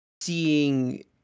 seeing